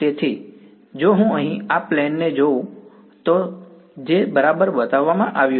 તેથી જો હું અહીં આ પ્લેન ને જોઉં તો જે બરાબર બતાવવામાં આવ્યું છે